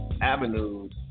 avenues